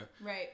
Right